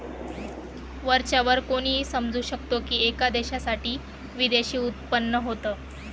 वरच्या वर कोणीही समजू शकतो की, एका देशासाठी विदेशी उत्पन्न होत